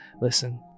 Listen